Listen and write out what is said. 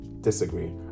disagree